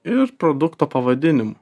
ir produkto pavadinimu